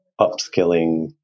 upskilling